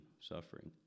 suffering